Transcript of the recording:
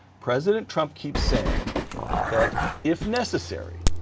president trump keeps saying that if necessary,